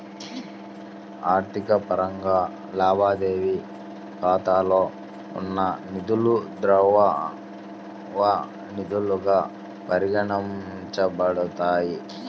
ఆర్థిక పరంగా, లావాదేవీ ఖాతాలో ఉన్న నిధులుద్రవ నిధులుగా పరిగణించబడతాయి